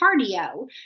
cardio